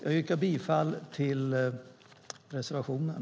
Jag yrkar bifall till reservationen.